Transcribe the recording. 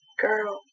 Girl